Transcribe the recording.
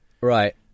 Right